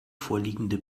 vorliegende